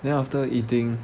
then after eating